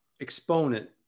Exponent